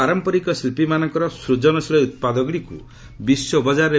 ପାରମ୍ପରିକ ଶିଳ୍ପୀମାନଙ୍କର ସୂଜନଶୀଳ ଉତ୍ପାଦଗୁଡ଼ିକୁ ବିଶ୍ୱବଜାରରେ